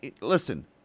listen